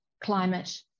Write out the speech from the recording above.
climate